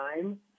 time